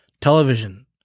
television